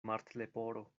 martleporo